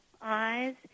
eyes